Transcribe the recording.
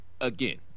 again